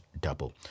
double